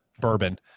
bourbon